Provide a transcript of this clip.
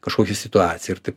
kažkokią situaciją ir tap